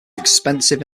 expensive